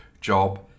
job